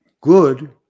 Good